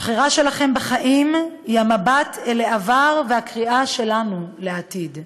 הבחירה שלכם בחיים היא המבט אל העבר והקריאה שלנו לעתיד.